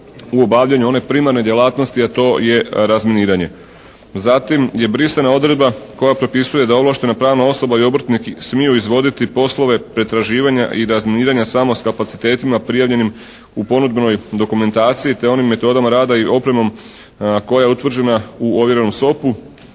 u obavljanju one primarne djelatnosti a to je razminiranje. Zatim je brisana odredba koja propisuje da ovlaštena pravna osoba i obrtnik smiju izvoditi poslove pretraživanja i razminiranja samo sa kapacitetima prijavljenim u ponudbenoj dokumentaciji te onim metodama rada i opremom koja je utvrđena u ovjerenom SOP-u.